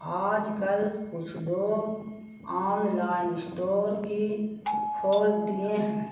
آج کل کچھ لوگ آن لائن اسٹور بھی کھول دیے ہیں